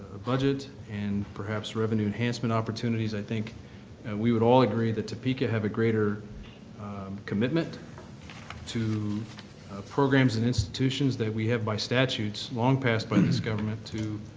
a budget and perhaps revenue enhancement opportunities, i think we would all agree that topeka have a greater commitment to programs and institutions that we have by statutes, long passed by this government, to